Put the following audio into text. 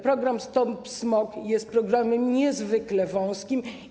Program „Stop smog” jest programem niezwykle wąskim.